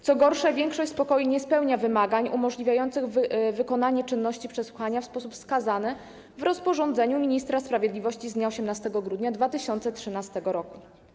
Co gorsza, większość z pokoi nie spełnia wymagań umożliwiających wykonanie czynności przesłuchania w sposób wskazany w rozporządzeniu ministra sprawiedliwości z dnia 18 grudnia 2013 r.